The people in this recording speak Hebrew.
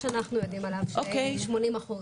אוקי.